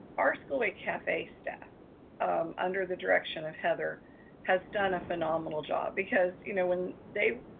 our school way cafe staff under the direction of heather has done a phenomenal job because you know when they,